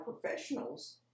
professionals